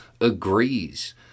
agrees